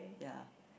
ya